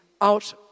out